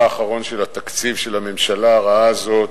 האחרון של התקציב של הממשלה הרעה הזאת,